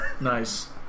Nice